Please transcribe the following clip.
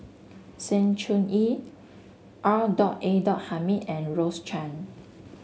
Sng Choon Yee R dot A dot Hamid and Rose Chan